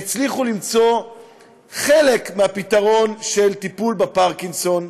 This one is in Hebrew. הצליחו למצוא חלק מהפתרון של טיפול בפרקינסון.